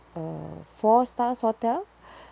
uh four stars hotel